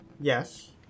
Yes